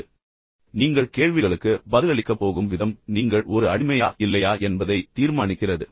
இன்னும் சில கேள்விகளைக் கேட்போம் பின்னர் நீங்கள் கேள்விகளுக்கு பதிலளிக்கப் போகும் விதம் நீங்கள் ஒரு அடிமையா இல்லையா என்பதை தீர்மானிக்கிறது